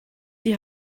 die